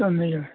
ꯆꯨꯝꯃꯤ ꯆꯨꯝꯃꯤ